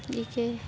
ಹೀಗೆ